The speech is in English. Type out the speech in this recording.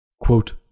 Quote